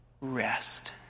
rest